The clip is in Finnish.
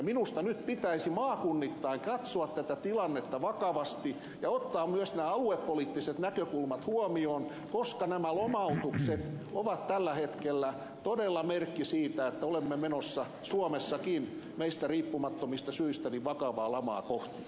minusta nyt pitäisi maakunnittain katsoa tätä tilannetta vakavasti ja ottaa myös nämä aluepoliittiset näkökulmat huomioon koska nämä lomautukset ovat tällä hetkellä todella merkki siitä että olemme menossa suomessakin meistä riippumattomista syistä vakavaa lamaa kohti